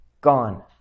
gone